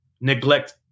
neglect